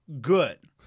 good